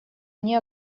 они